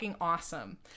awesome